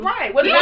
Right